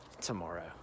tomorrow